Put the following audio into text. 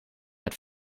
met